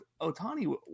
Otani